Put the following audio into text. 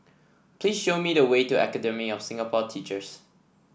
please show me the way to Academy of Singapore Teachers